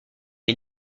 est